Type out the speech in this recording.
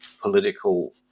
political